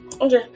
Okay